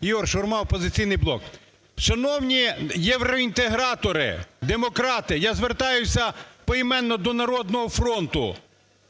Ігор Шурма "Опозиційний блок". Шановні євроінтегратори, демократи, я звертаюся поіменно до "Народного фронту",